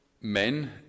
Men